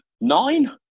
nine